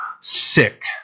sick